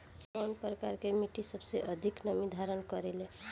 कउन प्रकार के मिट्टी सबसे अधिक नमी धारण करे ले?